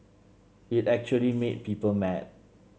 it actually made people mad